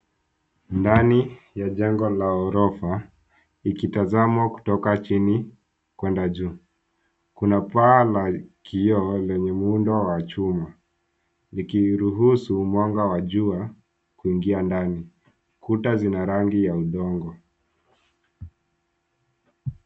Ndani ya jengo la ghorofa likitazamwa kutoka chini kuenda juu, kuna paa la kioo wenye muundo wa chuma likiruhusu mwanga wa jua kuingia ndani. Kuta zina rangi ya udongo.